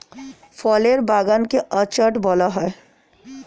ফলের বাগান কে অর্চার্ড বলা হয়